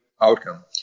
outcome